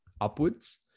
upwards